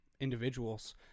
individuals